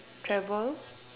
travel